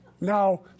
Now